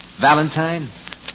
Valentine